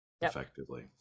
effectively